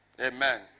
Amen